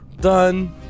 done